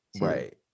right